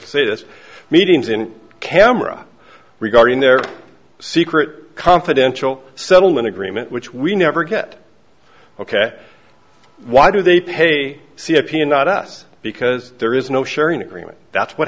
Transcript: this meetings in camera regarding their secret confidential settlement agreement which we never get ok why do they pay c f p and not us because there is no sharing agreement that's what